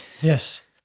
Yes